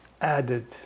added